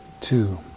two